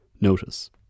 notice